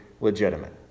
legitimate